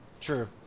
True